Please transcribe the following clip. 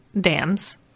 dams